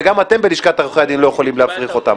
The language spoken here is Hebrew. וגם אתם בלשכת עורכי הדין לא יכולים להפריך אותם.